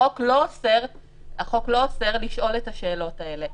החוק לא אוסר לשאול את השאלות האלה.